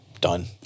done